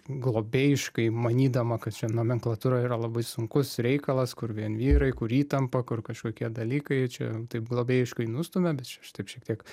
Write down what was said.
globėjiškai manydama kad čia nomenklatūra yra labai sunkus reikalas kur vien vyrai kur įtampa kur kažkokie dalykai čia taip globėjiškai nustumia bet čia aš taip šiek tiek